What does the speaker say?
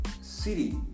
city